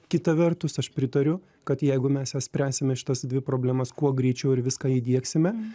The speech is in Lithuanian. kita vertus aš pritariu kad jeigu mes ją spręsime šitas dvi problemas kuo greičiau ir viską įdiegsime